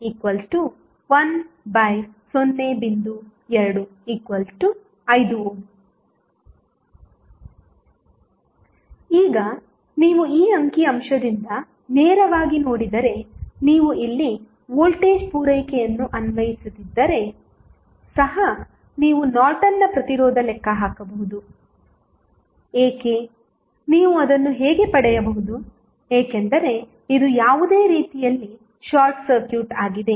2 5 ಈಗ ನೀವು ಈ ಅಂಕಿ ಅಂಶದಿಂದ ನೇರವಾಗಿ ನೋಡಿದರೆ ನೀವು ಇಲ್ಲಿ ವೋಲ್ಟೇಜ್ ಪೂರೈಕೆಯನ್ನು ಅನ್ವಯಿಸದಿದ್ದರೆ ಸಹ ನೀವು ನಾರ್ಟನ್ನ ಪ್ರತಿರೋಧ ಲೆಕ್ಕ ಹಾಕಬಹುದು ಏಕೆ ನೀವು ಅದನ್ನು ಹೇಗೆ ಪಡೆಯಬಹುದು ಏಕೆಂದರೆ ಇದು ಯಾವುದೇ ರೀತಿಯಲ್ಲಿ ಶಾರ್ಟ್ ಸರ್ಕ್ಯೂಟ್ ಆಗಿದೆ